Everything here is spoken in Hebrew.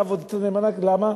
עשתה עבודתה נאמנה, למה?